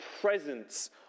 presence